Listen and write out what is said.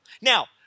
Now